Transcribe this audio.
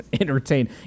entertain